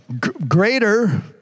greater